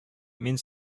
мин